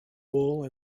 wool